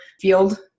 field